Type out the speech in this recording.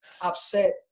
upset